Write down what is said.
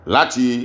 Lati